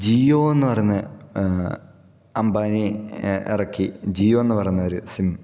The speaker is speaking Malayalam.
ജിയോ എന്ന് പറയുന്ന അംബാനി ഇറക്കി ജിയോ എന്ന് പറയുന്നൊരു സിം